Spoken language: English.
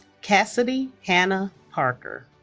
cassidy hannah parker